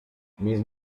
mis